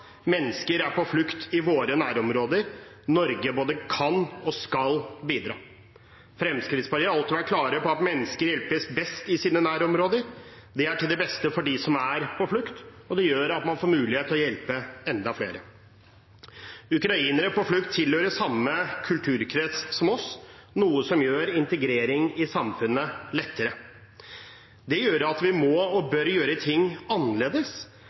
mennesker er på flukt i våre nærområder, og Norge både kan og skal bidra. Fremskrittspartiet har alltid vært klare på at mennesker hjelpes best i sine nærområder. Det er til det beste for dem som er på flukt, og det gjør at man får mulighet til å hjelpe enda flere. Ukrainere på flukt tilhører samme kulturkrets som oss, noe som gjør integrering i samfunnet lettere. Det gjør at vi må og bør gjøre ting annerledes